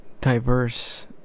diverse